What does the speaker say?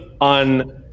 on